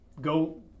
go